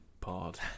pod